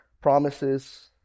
promises